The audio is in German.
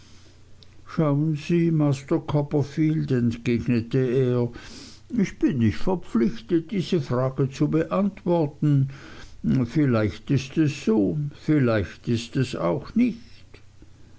schauen sie master copperfield entgegnete er ich bin nicht verpflichtet diese frage zu beantworten vielleicht ist es so vielleicht auch nicht